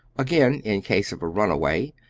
again, in case of a runaway,